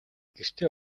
гэртээ